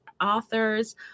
authors